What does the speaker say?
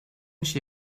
she